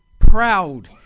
proud